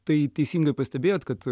tai teisingai pastebėjot kad